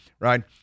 right